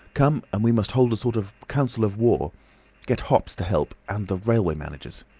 come, and we must hold a sort of council of war get hopps to help and the railway managers.